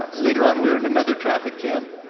ah later on we were in another traffic jam,